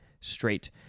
straight